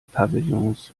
pavillons